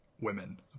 women